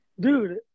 dude